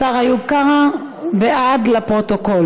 אפשר להוסיף את השר איוב קרא, בעד, לפרוטוקול.